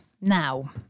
now